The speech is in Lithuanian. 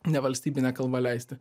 ne valstybine kalba leisti